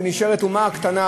ונשארת האומה הקטנה,